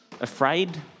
afraid